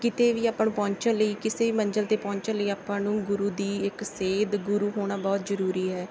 ਕਿਤੇ ਵੀ ਆਪਾਂ ਨੂੰ ਪਹੁੰਚਣ ਲਈ ਕਿਸੇ ਵੀ ਮੰਜ਼ਿਲ 'ਤੇ ਪਹੁੰਚਣ ਲਈ ਆਪਾਂ ਨੂੰ ਗੁਰੂ ਦੀ ਇੱਕ ਸੇਧ ਗੁਰੂ ਹੋਣਾ ਬਹੁਤ ਜ਼ਰੂਰੀ ਹੈ